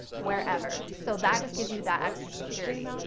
wherever. so that just gives you that extra security.